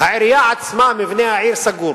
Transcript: העירייה עצמה, מבנה העיר, סגור.